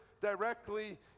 directly